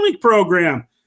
program